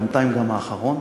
בינתיים גם האחרון,